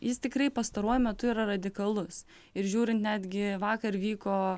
jis tikrai pastaruoju metu yra radikalus ir žiūrint netgi vakar vyko